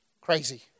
Crazy